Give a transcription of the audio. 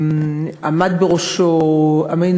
עמד בראשו אמין